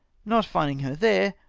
not finding her there.